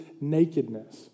nakedness